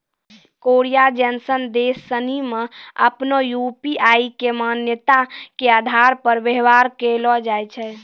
Korea जैसन देश सनि मे आपनो यू.पी.आई के मान्यता के आधार पर व्यवहार कैलो जाय छै